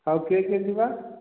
ଆଉ କିଏ କିଏ ଯିବା